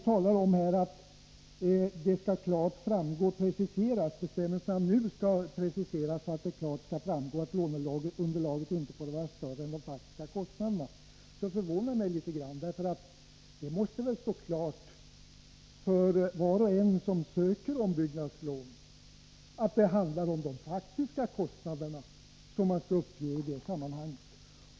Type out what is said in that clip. Talet om att bestämmelserna nu skall preciseras, så att det klart skall framgå att låneunderlaget inte bör vara större än de faktiska kostnaderna, förvånar mig litet grand. Det måste väl stå klart för var och en som söker ombyggnadslån att det är de faktiska kostnaderna som man skall uppge i det sammanhanget.